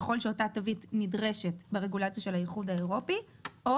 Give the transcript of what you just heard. ככל שאותה תווית נדרשת לרגולציה של האיחוד האירופי או